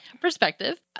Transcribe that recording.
perspective